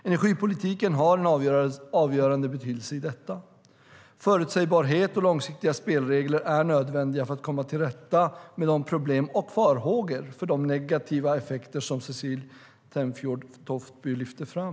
Energipolitiken har en avgörande betydelse i detta. Förutsägbarhet och långsiktiga spelregler är nödvändiga för att komma till rätta med de problem och farhågor för negativa effekter som Cecilie Tenfjord-Toftby lyfter fram.